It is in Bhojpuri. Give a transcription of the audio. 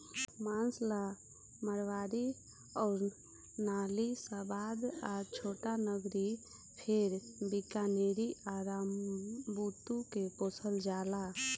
मांस ला मारवाड़ी अउर नालीशबाबाद आ छोटानगरी फेर बीकानेरी आ रामबुतु के पोसल जाला